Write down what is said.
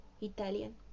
Italian